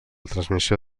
transmissió